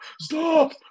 stop